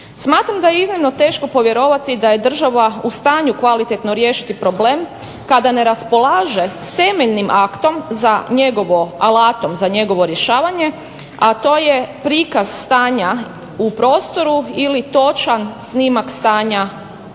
Smatram da je iznimno teško povjerovati da je država u stanju kvalitetno riješiti problem kada ne raspolaže s temeljnim alatom za njegovo rješavanje, a to je prikaz stanja u prostoru ili točan snimak stanja s